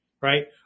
right